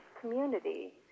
community